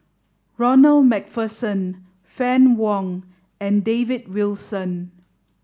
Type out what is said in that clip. Ronald MacPherson Fann Wong and David Wilson